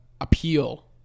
appeal